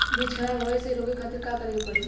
बीज खराब होए से रोके खातिर का करे के पड़ी?